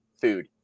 food